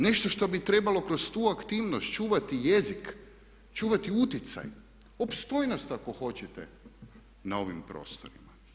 Nešto što bi trebalo kroz tu aktivnost čuvati jezik, čuvati utjecaj, opstojnost ako hoćete na ovim prostorima.